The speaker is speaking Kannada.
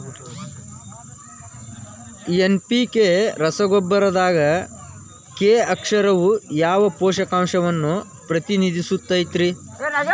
ಎನ್.ಪಿ.ಕೆ ರಸಗೊಬ್ಬರದಾಗ ಕೆ ಅಕ್ಷರವು ಯಾವ ಪೋಷಕಾಂಶವನ್ನ ಪ್ರತಿನಿಧಿಸುತೈತ್ರಿ?